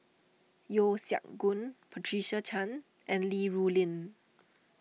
Yeo Siak Goon Patricia Chan and Li Rulin